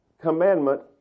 commandment